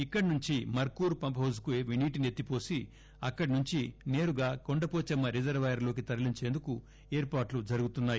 ఇక్కడి నుంచి మర్కూర్ పంప్హౌజ్కు నీటిని ఎత్తిపోసి అక్కడి నుంచి నేరుగా కొండపోచమ్మ రిజర్వాయర్లోకి తరలించేందుకు ఏర్పాట్లు జరుగుతున్నాయి